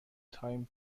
تایم